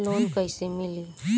Loan कइसे मिली?